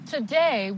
Today